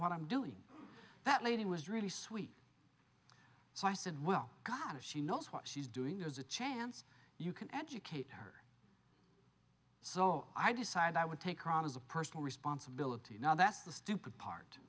what i'm doing that lady was really sweet so i said well gosh if she knows what she's doing there's a chance you can educate her so i decided i would take her on as a personal responsibility now that's the stupid part